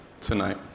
tonight